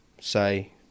say